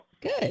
Good